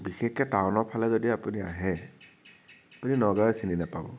বিশেষকে টাউনৰ ফালে যদি আপুনি আহে আপুনি নগাওঁৱে চিনি নাপাব